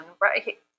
right